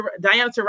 Diana